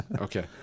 Okay